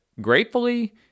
gratefully